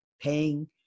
paying